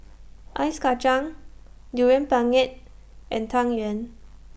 Ice Kachang Durian Pengat and Tang Yuen